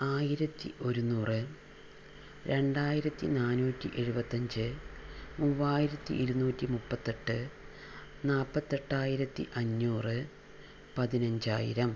ആയിരത്തി ഒരുനൂറ് രണ്ടായിരത്തി നാനൂറ്റി എഴുപത്തി അഞ്ച് മൂവായിരത്തി ഇരുനൂറ്റി മുപ്പത്തി എട്ട് നാപ്പത്തെട്ടായിരത്തി അഞ്ഞൂറ് പതിനഞ്ചായിരം